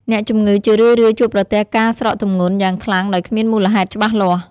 អ្នកជំងឺជារឿយៗជួបប្រទះការស្រកទម្ងន់ យ៉ាងខ្លាំងដោយគ្មានមូលហេតុច្បាស់លាស់។